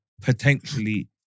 potentially